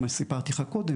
מה שסיפרתי לך קודם,